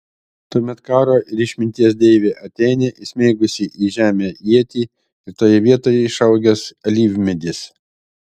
tuomet karo ir išminties deivė atėnė įsmeigusi į žemę ietį ir toje vietoje išaugęs alyvmedis